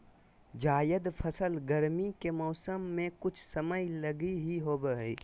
जायद फसल गरमी के मौसम मे कुछ समय लगी ही होवो हय